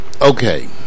okay